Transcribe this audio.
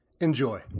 Enjoy